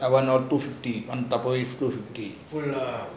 one dollar two fifty tekuih two fifty